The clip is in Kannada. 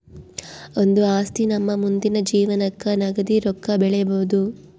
ಒಂದು ಆಸ್ತಿ ನಮ್ಮ ಮುಂದಿನ ಜೀವನಕ್ಕ ನಗದಿ ರೊಕ್ಕ ಬೆಳಿಬೊದು